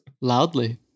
Loudly